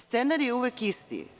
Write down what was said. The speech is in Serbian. Scenario je uvek isti.